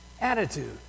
attitude